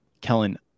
Kellen